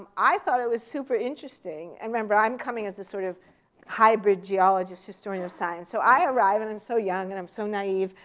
um i thought it was super interesting and remember, i'm coming as this sort of hybrid geologist historian of science. so i arrive, and i'm so young, and i'm so naive.